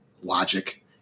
logic